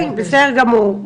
בסדר גמור.